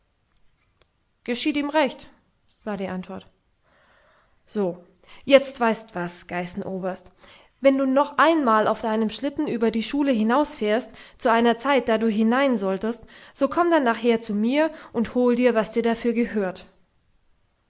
geschieht ihm recht war die antwort so jetzt weißt was geißenoberst wenn du noch einmal auf deinem schlitten über die schule hinausfährst zu einer zeit da du hinein solltest so komm dann nachher zu mir und hol dir was dir dafür gehört